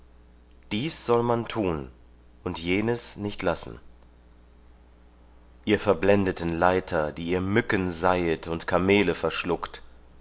dies soll man tun und jenes nicht lassen ihr verblendeten leiter die ihr mücken seihet und kamele verschluckt